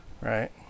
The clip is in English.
right